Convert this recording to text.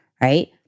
right